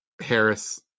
Harris